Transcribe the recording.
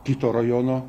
kito rajono